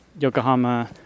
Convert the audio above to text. Yokohama